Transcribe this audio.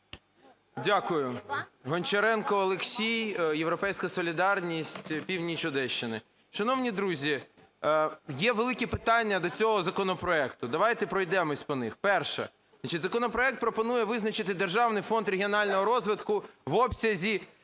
Дякую. Гончаренко Олексій, "Європейська солідарність", північ Одещини. Шановні друзі, є велике питання до цього законопроекту, давайте пройдемось по них. Перше. Законопроект пропонує визначити Державний фонд регіонального розвитку в обсязі